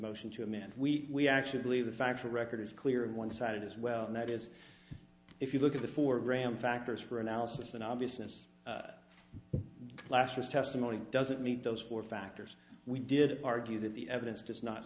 motion to a man we actually believe the factual record is clear and one sided as well and that is if you look at the four gram factors for analysis and obviousness last was testimony doesn't meet those four factors we did argue that the evidence does not